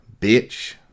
bitch